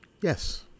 yes